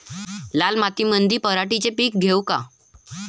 लाल मातीमंदी पराटीचे पीक घेऊ का?